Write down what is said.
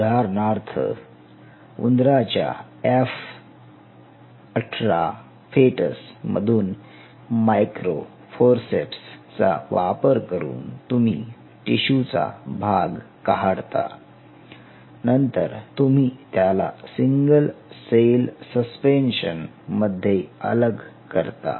उदाहरणार्थ उंदराच्या F 18 foetus मधून मायक्रो फोर्सेप्स चा वापर करून तुम्ही टिशूचा भाग काढता नंतर तुम्ही त्याला सिंगल सेल सस्पेन्शन मध्ये अलग करता